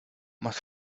más